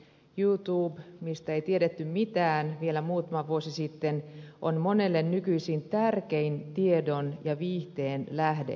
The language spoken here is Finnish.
youtube josta ei tiedetty mitään vielä muutama vuosi sitten on monelle nykyisin tärkein tiedon ja viihteen lähde